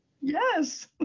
yes